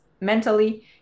mentally